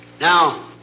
Now